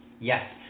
Yes